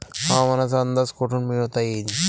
हवामानाचा अंदाज कोठून मिळवता येईन?